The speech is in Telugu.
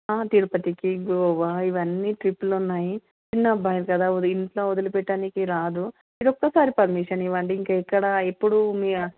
తిరుపతికి గోవా ఇవన్నీ ట్రిప్పులు ఉన్నాయి చిన్న అబ్బాయి కదా వా ఇంట్లో వదిలిపెట్టడానికి రాదు ఇది ఒక్కసారి పర్మిషన్ ఇవ్వండి ఇంకెక్కడా ఎప్పుడూ మీ